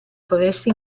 foreste